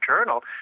Journal